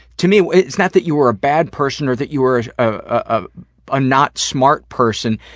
to me, it's not that you were a bad person, or that you were a a a a not smart person,